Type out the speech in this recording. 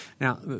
Now